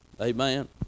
Amen